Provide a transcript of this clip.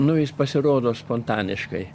nu jis pasirodo spontaniškai